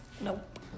Nope